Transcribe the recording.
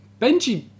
Benji